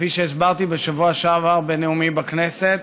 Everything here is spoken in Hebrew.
כפי שהסברתי בשבוע שעבר בנאומי בכנסת,